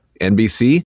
NBC